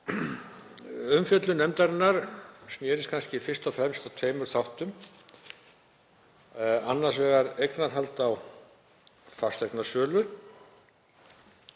Umfjöllun nefndarinnar sneri kannski fyrst og fremst að tveimur þáttum, annars vegar eignarhaldi á fasteignasölu